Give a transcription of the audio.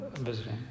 Visiting